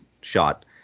shot